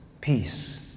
peace